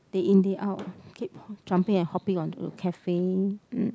day in day out keep jumping and hopping on cafe mm